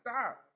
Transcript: stop